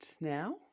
now